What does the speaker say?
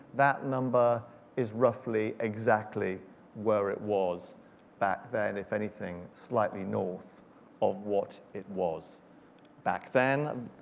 that number is roughly exactly where it was back then, if anything slightly north of what it was back then.